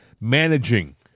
managing